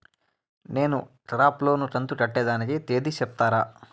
నేను crop loan కంతు కట్టేదానికి తేది సెప్తారా?